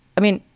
i mean,